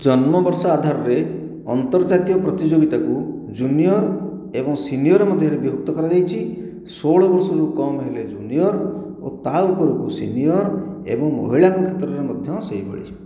ଜନ୍ମ ବର୍ଷ ଆଧାରରେ ଅନ୍ତର୍ଜାତୀୟ ପ୍ରତିଯୋଗିତାକୁ ଜୁନିଅର ଏବଂ ସିନିଅର ମଧ୍ୟରେ ବିଭକ୍ତ କରାଯାଇଛି ଷୋହଳ ବର୍ଷରୁ କମ୍ ହେଲେ ଜୁନିଅର ଓ ତା ଉପରକୁ ସିନିଅର୍ ଏବଂ ମହିଳାଙ୍କ କ୍ଷେତ୍ରରେ ମଧ୍ୟ ସେହିଭଳି